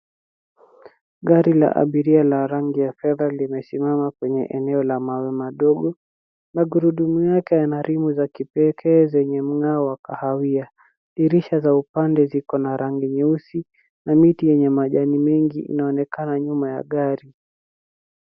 Gari la abiria la rangi ya kijivu limesimama kwenye eneo lenye mawe madogo. Magurudumu yake yana rimu za kipekee zenye mng'ao wa kahawia. Madirisha ya upande ziko na rangi nyeusi na miti yenye majani mengi inaonekana nyuma ya gari.